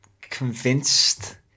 convinced